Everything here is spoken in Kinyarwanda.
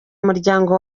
umuryango